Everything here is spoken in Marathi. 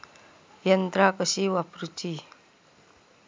यंत्रा कशी वापरूची?